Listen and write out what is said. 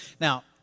Now